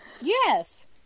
Yes